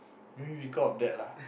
maybe because of that lah